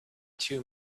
too